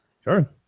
Sure